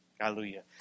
Hallelujah